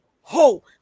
ho